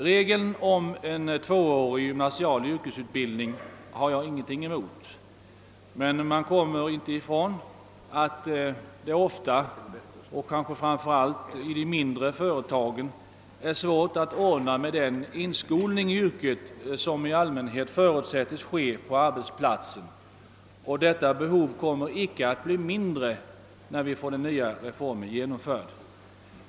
Regeln om tvåårig gymnasial yrkesutbildning har jag ingenting emot, men man kommer inte ifrån att det ofta och kanske framför allt i de mindre företagen är svårt att ordna med den inskolning i yrket som i allmänhet förutsättes ske på arbetsplatsen. Detta behov kommer inte att bli mindre när vi får den nya reformen genomförd.